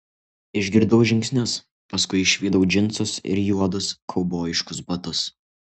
išgirdau žingsnius paskui išvydau džinsus ir juodus kaubojiškus batus